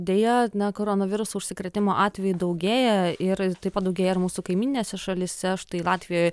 deja na koronaviruso užsikrėtimo atvejų daugėja ir taip pat daugėja ir mūsų kaimyninėse šalyse štai latvijoj